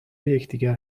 یکدیگر